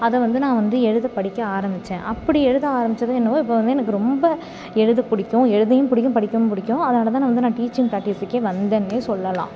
அதை வந்து நான் வந்து எழுத படிக்க ஆரம்பித்தேன் அப்படி எழுத ஆரம்பித்ததும் என்னவோ இப்போ வந்து எனக்கு ரொம்ப எழுத பிடிக்கும் எழுதயும் பிடிக்கும் படிக்கவும் பிடிக்கும் அதனால்தான் நான் வந்து நான் டீச்சிங் ப்ராக்டிஸுக்கே வந்தேன்னே சொல்லலாம்